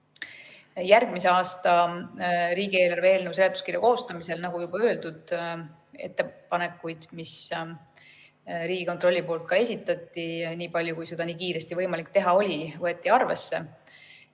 Järgmise aasta riigieelarve eelnõu seletuskirja koostamisel, nagu juba öeldud, ettepanekuid, mis Riigikontrolli poolt ka esitati, niipalju kui seda nii kiiresti võimalik teha oli, võeti arvesse